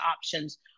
options